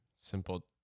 Simple